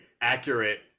accurate